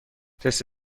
تست